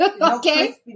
Okay